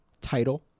title